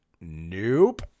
Nope